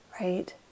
right